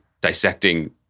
dissecting